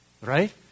right